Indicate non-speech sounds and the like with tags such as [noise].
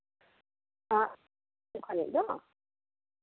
[unintelligible]